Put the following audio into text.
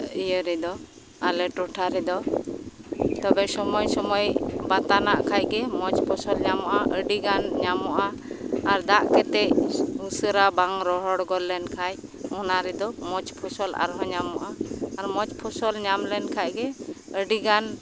ᱤᱭᱟᱹ ᱨᱮᱫᱚ ᱟᱞᱮ ᱴᱚᱴᱷᱟ ᱨᱮᱫᱚ ᱛᱚᱵᱮ ᱥᱚᱢᱳᱭ ᱥᱚᱢᱳᱭ ᱵᱟᱛᱟᱱᱟᱜ ᱠᱷᱟᱱ ᱜᱮ ᱢᱚᱡᱽ ᱯᱷᱚᱥᱚᱞ ᱧᱟᱢᱚᱜᱼᱟ ᱟᱹᱰᱤ ᱜᱟᱱ ᱧᱟᱢᱚᱜᱼᱟ ᱟᱨ ᱠᱟᱛᱮᱜ ᱩᱥᱟᱹᱨᱟ ᱵᱟᱝ ᱨᱚᱦᱚᱲ ᱜᱚᱫ ᱞᱮᱱ ᱠᱷᱟᱱ ᱚᱱᱟ ᱨᱮᱫᱚ ᱢᱚᱡᱽ ᱯᱷᱚᱥᱚᱞ ᱟᱨᱦᱚᱸ ᱧᱟᱢᱚᱜᱼᱟ ᱟᱨ ᱢᱚᱡᱽ ᱯᱷᱚᱥᱚᱞ ᱧᱟᱢ ᱞᱮᱱ ᱠᱷᱟᱱᱜᱮ ᱟᱹᱰᱤ ᱜᱟᱱ